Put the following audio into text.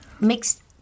mixed